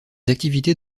activités